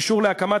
נכנס